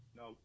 no